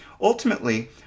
Ultimately